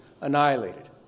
annihilated